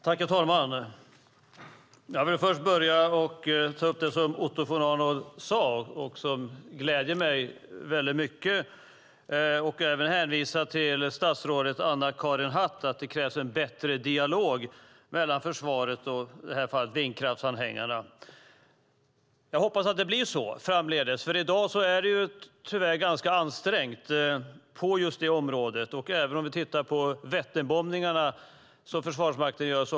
Herr talman! Jag vill först ta upp det som Otto von Arnold sade, som gläder mig väldigt mycket, och även hänvisa till statsrådet Anna-Karin Hatt. Det krävs en bättre dialog mellan försvaret och, i det här fallet, vindkraftsanhängarna. Jag hoppas att det blir så framdeles, för i dag är det tyvärr ganska ansträngt på just det området. Vi kan även titta på Vätternbombningarna, som Försvarsmakten gör.